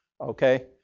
Okay